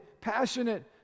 passionate